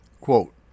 quote